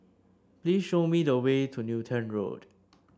please show me the way to Newton Road